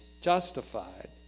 justified